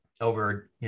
over